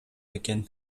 экен